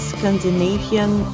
Scandinavian